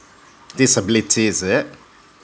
disability is it